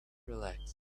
relaxed